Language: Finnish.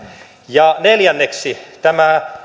ja neljänneksi tämä sote